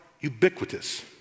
ubiquitous